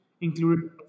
included